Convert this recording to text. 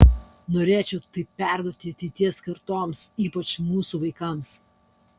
norėčiau tai perduoti ateities kartoms ypač mūsų vaikams